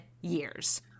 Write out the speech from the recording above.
years